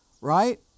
right